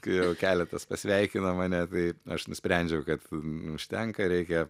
kai jau keletas pasveikino mane tai aš nusprendžiau kad užtenka reikia